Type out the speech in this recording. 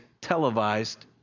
televised